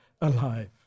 alive